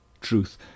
truth